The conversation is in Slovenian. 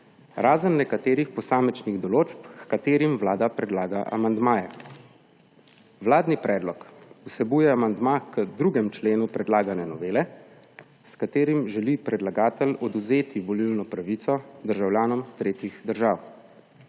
razen nekaterih posamičnih določb, h katerim Vlada predlaga amandmaje. Vladni predlog vsebuje amandma k 2. členu predlagane novele, s katerim želi predlagatelj odvzeti volilno pravico državljanom tretjih držav.